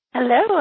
Hello